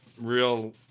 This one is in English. real